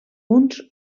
uns